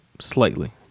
slightly